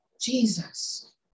Jesus